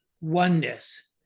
oneness